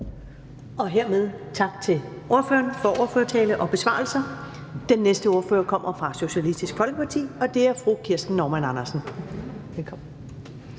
Hermed tak til ordføreren for ordførertale og besvarelser. Den næste ordfører kommer fra Socialistisk Folkeparti, og det er fru Kirsten Normann Andersen. Velkommen.